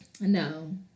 No